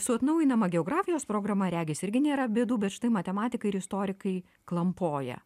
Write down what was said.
su atnaujinama geografijos programa regis irgi nėra bėdų bet štai matematikai ir istorikai klampoja